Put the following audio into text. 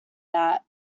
that